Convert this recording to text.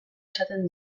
esaten